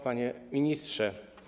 Panie Ministrze!